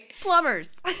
plumbers